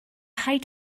height